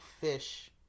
fish